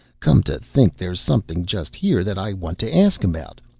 come to think, there's something just here that i want to ask about.